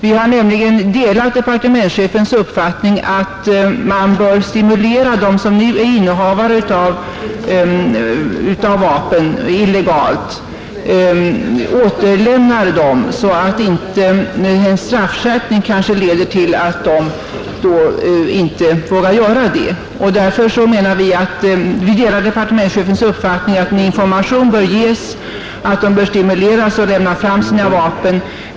Vi har nämligen delat departementschefens uppfattning att man bör ge information och stimulera dem, som nu illegalt innehar vapen, att lämna fram dessa vapen, så att inte en straffskärpning leder till att de inte vågar göra det.